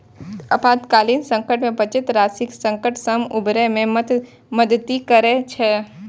आपातकालीन संकट मे बचत राशि संकट सं उबरै मे मदति करै छै